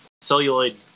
Celluloid